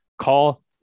call